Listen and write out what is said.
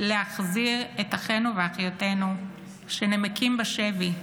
להחזיר את אחינו ואחיותינו שנמקים בשבי,